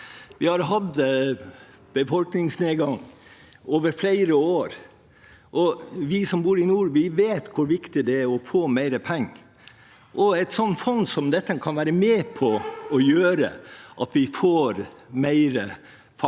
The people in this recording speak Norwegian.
Vi har hatt befolkningsnedgang over flere år, og vi som bor i nord, vet hvor viktig det er å få mer penger. Et fond som dette kan være med på å gjøre at vi får mer fart